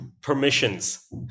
permissions